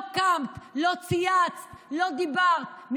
לא קמת, לא צייצת, לא דיברת.